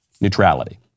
neutrality